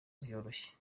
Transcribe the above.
byoroshye